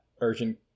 urgent